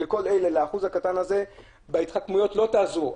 לגבי האחוז הקטן הזה בהתחכמויות, לא תעזרו.